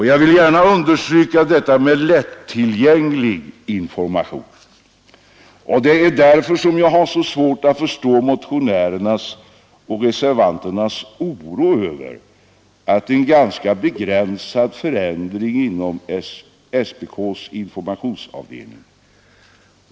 Jag vill gärna understryka detta med lättillgänglig information. Det är därför jag har så svårt att förstå motionärernas och reservanternas oro över den ganska begränsade förändringen inom SPK :s informationsavdelning.